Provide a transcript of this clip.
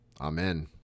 Amen